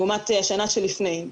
לעומת השנה שלפני.